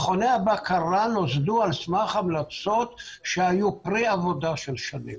מכוני הבקרה נוסדו על סמך המלצות שהיו פרי עבודה של שנים.